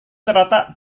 terletak